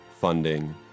funding